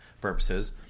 purposes